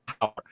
power